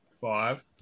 five